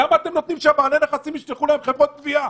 למה אתם נותנים שבעלי הנכסים ישלחו להם חברות גבייה?